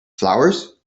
flowers